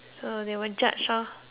so they will judge ah